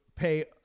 Pay